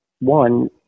one